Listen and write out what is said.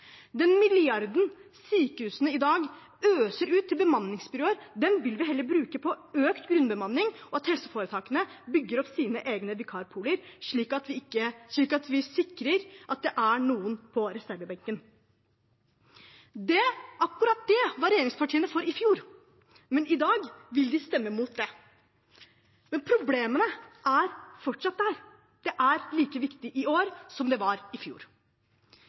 Den milliarden sykehusene i dag øser ut til bemanningsbyråer, vil vi heller bruke på økt grunnbemanning og på at helseforetakene bygger opp sine egne vikarpooler, slik at vi sikrer at det er noen på reservebenken. Akkurat det var regjeringspartiene for i fjor, men i dag vil de stemme mot det. Men problemene er der fortsatt. Det er like viktig i år som det var i fjor.